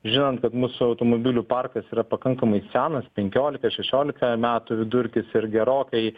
žinant kad mūsų automobilių parkas yra pakankamai senas penkiolika ir šešiolika metų vidurkis ir gerokai